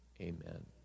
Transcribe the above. Amen